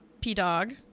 P-Dog